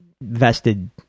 vested